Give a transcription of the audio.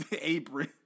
apron